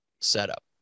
setup